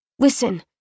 Listen